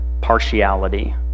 partiality